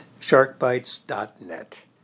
SharkBites.net